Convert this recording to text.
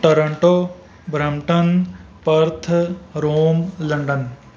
Toronto Brampton Perth Rome London